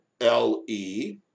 L-E